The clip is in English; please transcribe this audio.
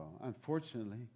Unfortunately